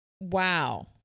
wow